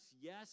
yes